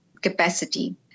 capacity